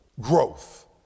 growth